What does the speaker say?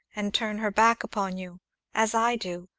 and turn her back upon you as i do,